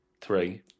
Three